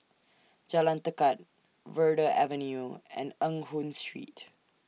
Jalan Tekad Verde Avenue and Eng Hoon Street